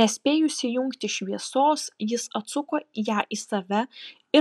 nespėjus įjungti šviesos jis atsuko ją į save